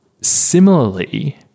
similarly